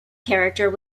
character